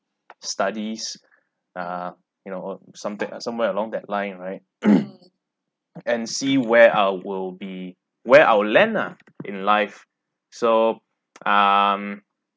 studies ah you know oo something uh somewhere along that line right and see where I will be where I will land lah in life so um